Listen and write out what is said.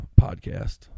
podcast